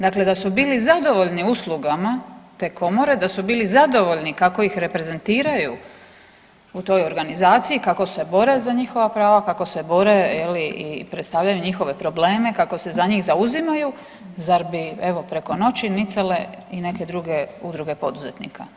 Dakle da su bili zadovoljni uslugama te Komore, da su bili zadovoljni kako ih reprezentiraju u toj organizaciji, kako se bore za njihova prava, kako se bore, je li i predstavljaju njihove probleme, kako se za njih zauzimaju, zar bi, evo, preko noći nicale i neke druge udruge poduzetnika?